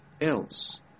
else